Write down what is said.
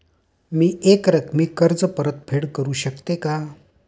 मी एकरकमी कर्ज परतफेड करू शकते का?